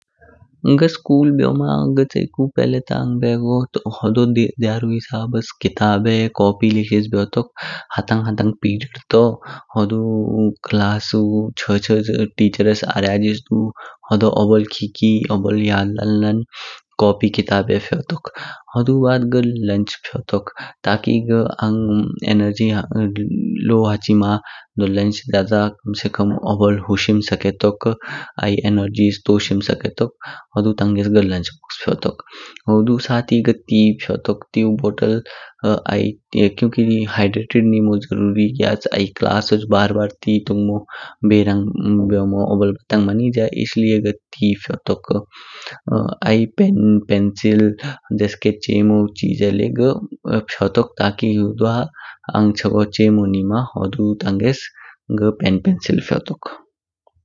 घ स्कूल बेओमो घ च्यिकु पहले ता आंग बेगो होदो ध्यान हिसाब किताबे, कोपी लिक्षिश बेओतक हातंग हातंगु पिरियड तो हुदु क्लासु छ छ टीचर्स आरेयाजिस दूहोदो ओबोल खिकी ओबोल यद लान लान कोपी किताबें फेयोटक। हुदु बाद घ लंच फेयोटक तकि घ आंग एनर्जी लाउ हाचिमा दोओ लंच जा जा कम से कम ओबोल हुशिमाओ सकेटक। आई एनर्जीज तोशिम सकेटक हुदु तांगेस घ लंच बॉक्स फेयोटक। हुदु साथ ही घ टी फेयोटक टीयू बोत्तले आई क्युकी हाइड्रेटिड निमां जरूरी ग्याच, आई क्लासोघ बार बार टी तुंगमो बेहरंग द्वानो ओबोल बतैन मां निज्य, इसलिये घ टी फेयोटक। आई पेन पेन्सिलेस डेस्के चेमो घ फेयोटक तकि हुदु आंग चागो चेमो हुदु तांसे घ पेन पेन्सिले फेयोटक।